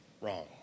Wrong